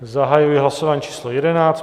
Zahajuji hlasování číslo 11.